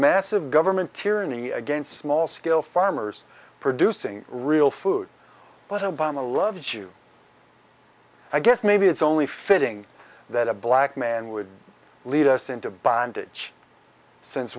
massive government tyranny against small scale farmers producing real food but obama loves you i guess maybe it's only fitting that a black man would lead us into bondage since